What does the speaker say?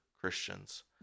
Christians